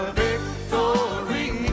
victory